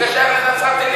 זה שייך לנצרת-עילית.